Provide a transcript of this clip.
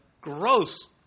gross